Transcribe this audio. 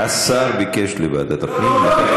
השר ביקש לוועדת הפנים.